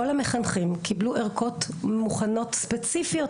כל המחנכים קיבלו ערכות מוכנות ספציפיות